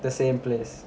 the same place